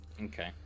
Okay